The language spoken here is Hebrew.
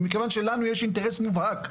ומכיוון שלנו יש אינטרס מובהק,